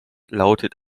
lautet